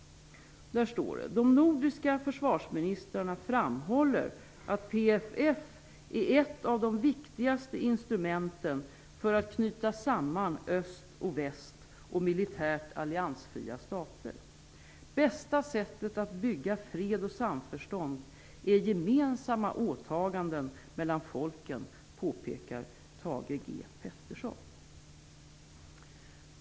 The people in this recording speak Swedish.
Där står: "De nordiska försvarsministrarna framhåller att PFP är ett av de viktigaste instrumenten för att knyta samman öst och väst och militärt alliansfria stater. Bästa sättet att bygga fred och samförstånd är gemensamma åtaganden mellan folken, påpekar Thage G Peterson."